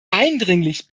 eindringlich